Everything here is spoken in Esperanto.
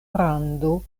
rando